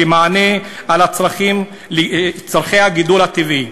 כמענה על צורכי הגידול הטבעי,